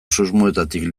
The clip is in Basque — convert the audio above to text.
susmoetatik